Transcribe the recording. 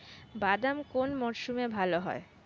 বাদাম কোন মরশুমে ভাল হয়?